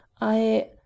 I—